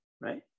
right